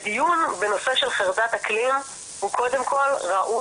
שהנושא הזה הוא קיים.